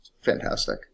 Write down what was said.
fantastic